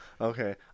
Okay